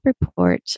report